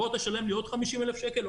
בוא תשלם לי עוד 50,000 שקל,